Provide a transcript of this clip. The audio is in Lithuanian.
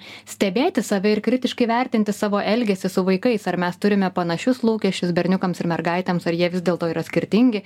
stebėti save ir kritiškai vertinti savo elgesį su vaikais ar mes turime panašius lūkesčius berniukams ir mergaitėms ar jie vis dėlto yra skirtingi